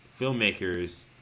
filmmakers